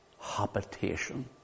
habitation